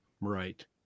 Right